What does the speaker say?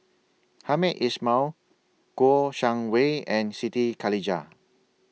Hamed Ismail Kouo Shang Wei and Siti Khalijah